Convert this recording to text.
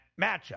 matchup